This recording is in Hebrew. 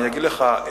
אני אגיד לך,